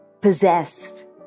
possessed